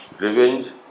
revenge